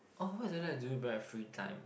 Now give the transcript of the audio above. oh what is something that I do in my free time